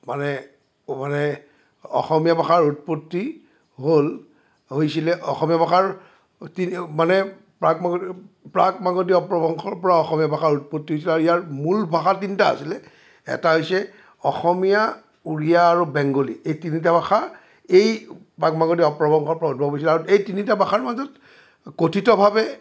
মানে মানে অসমীয়া ভাষাৰ উৎপত্তি হ'ল হৈছিলে অসমীয়া ভাষাৰ মানে প্ৰাক মাগধি অপভ্ৰংশৰ পৰা অসমীয়া ভাষাৰ উৎপত্তি হৈছিলে আৰু ইয়াৰ মূল ভাষা তিনিটা আছিলে এটা হৈছে অসমীয়া উৰিয়া আৰু বেংগলী এই তিনিটা ভাষা এই প্ৰাক মাগধি অপভ্ৰংশৰ পৰা উদ্ভৱ হৈছিলে আৰু এই তিনিটা ভাষাৰ মাজত কঠিতভাৱে